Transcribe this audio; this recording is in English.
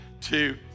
two